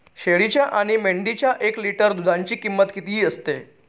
शेळीच्या आणि मेंढीच्या एक लिटर दूधाची किंमत किती असते?